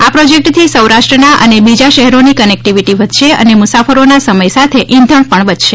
આ પ્રોજેક્ટથી સૌરાષ્ટ્રના અને બીજા શહેરોની કનેક્ટીવીટી વધશે અને મુસાફરોના સમય સાથે ઇંધણ પણ બચશે